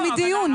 זה חלק מדיון.